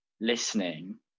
listening